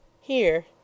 Here